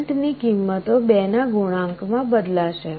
કરંટની કિંમતો 2 ના ગુણાંકમાં બદલાશે